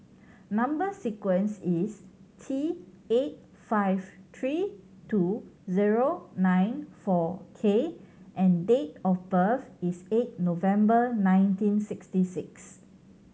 number sequence is T eight five three two zero nine four K and date of birth is eight November nineteen sixty six